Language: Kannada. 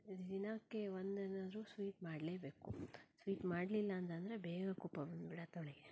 ದಿನಕ್ಕೆ ಒಂದು ಏನಾದ್ರೂ ಸ್ವೀಟ್ ಮಾಡಲೇಬೇಕು ಸ್ವೀಟ್ ಮಾಡಲಿಲ್ಲ ಅಂತಂದರೆ ಬೇಗ ಕೋಪ ಬಂದುಬಿಡತ್ತೆ ಅವಳಿಗೆ